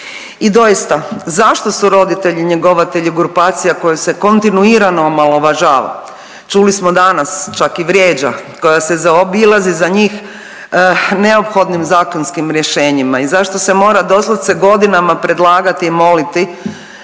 I doista zašto su roditelji njegovatelji grupacija koja se kontinuirano omalovažava. Čuli smo danas čak i vrijeđa, koja se zaobilazi za njih neophodnim zakonskim rješenjima i zašto se mora doslovce godinama predlagati i moliti